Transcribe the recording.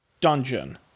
dungeon